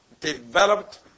developed